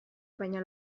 baina